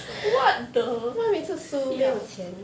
what the siao